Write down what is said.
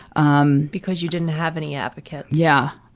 um because you didn't have any advocates. yeah.